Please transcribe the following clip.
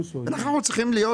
אנחנו צריכים להיות